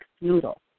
noodle